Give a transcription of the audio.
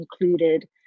included